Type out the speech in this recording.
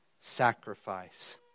sacrifice